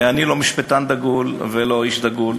אני לא משפטן דגול ולא איש דגול,